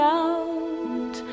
out